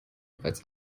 bereits